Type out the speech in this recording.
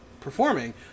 performing